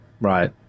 Right